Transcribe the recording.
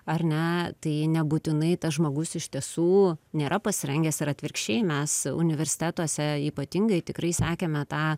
ar ne tai nebūtinai tas žmogus iš tiesų nėra pasirengęs ir atvirkščiai mes universitetuose ypatingai tikrai sekėme tą